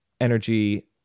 energy